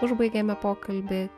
užbaigiame pokalbį